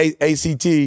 ACT